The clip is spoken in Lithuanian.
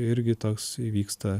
irgi toks įvyksta